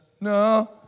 No